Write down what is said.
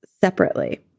separately